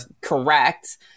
correct